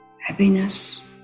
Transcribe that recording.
happiness